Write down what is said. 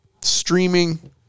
streaming